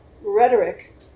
rhetoric